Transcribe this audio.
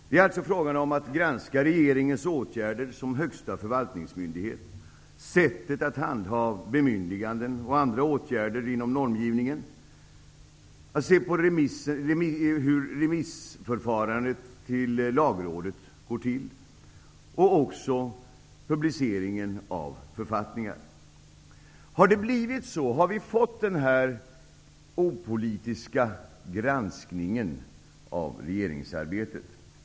Det är alltså fråga om att granska regeringens åtgärder såsom högsta förvaltningsmyndighet, sättet att handha bemyndiganden och andra åtgärder inom normgivningen, förfarandet med lagrådsremisser samt publiceringen av författningar. Har det blivit så? Har vi fått denna opolitiska granskning av regeringsarbetet?